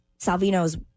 Salvino's